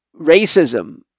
racism